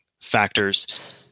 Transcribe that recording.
factors